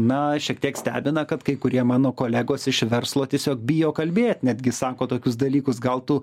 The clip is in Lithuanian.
na šiek tiek stebina kad kai kurie mano kolegos iš verslo tiesiog bijo kalbėt netgi sako tokius dalykus gal tu